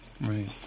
right